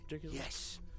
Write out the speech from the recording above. yes